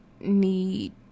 need